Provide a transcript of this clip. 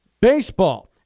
baseball